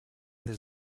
des